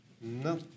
No